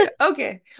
Okay